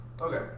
Okay